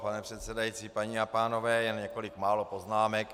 Pane předsedající, paní a pánové, jen několik málo poznámek.